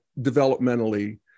developmentally